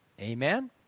Amen